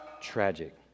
tragic